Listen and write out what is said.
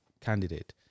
candidate